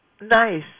Nice